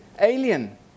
alien